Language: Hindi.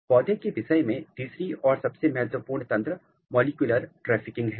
पौधों के विषय में तीसरी और सबसे महत्वपूर्ण तंत्र मॉलिक्यूलर ट्रैफिकिंग है